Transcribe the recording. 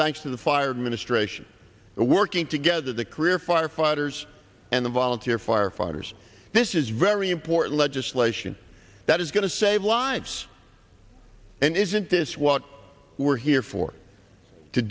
and working together the career firefighters and the volunteer firefighters this is very important legislation that is going to save lives and isn't this what we're here for to